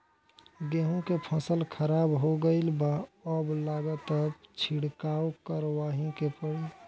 गेंहू के फसल खराब हो गईल बा अब लागता छिड़काव करावही के पड़ी